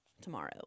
Tomorrow